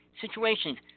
situations